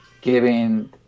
giving